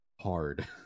Hard